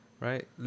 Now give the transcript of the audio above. Right